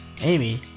Amy